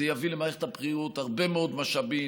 זה יביא למערכת הבריאות הרבה מאוד משאבים.